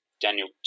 Daniel